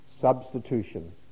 substitution